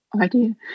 Idea